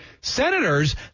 senators